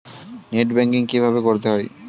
Net banking কীভাবে করতে হয়?